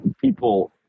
people